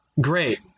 Great